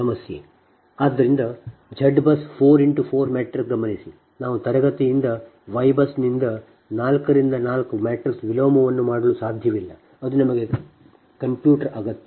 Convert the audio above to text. ಆದ್ದರಿಂದ Z BUS 4 x 4 matrix ಗಮನಿಸಿ ನಾವು ತರಗತಿಯಿಂದ Y BUS ನಿಂದ 4 ರಿಂದ 4 ಮ್ಯಾಟ್ರಿಕ್ಸ್ ವಿಲೋಮವನ್ನು ಮಾಡಲು ಸಾಧ್ಯವಿಲ್ಲ ಅದು ನಮಗೆ ಕಂಪ್ಯೂಟರ್ ಅಗತ್ಯ